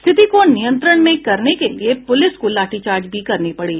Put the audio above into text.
स्थिति को नियंत्रण में करने के लिए पुलिस को लाठीचार्ज भी करना पड़ा